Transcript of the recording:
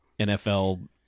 nfl